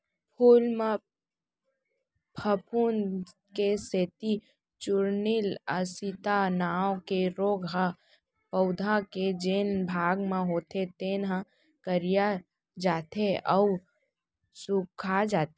फूल म फफूंद के सेती चूर्निल आसिता नांव के रोग ह पउधा के जेन भाग म होथे तेन ह करिया जाथे अउ सूखाजाथे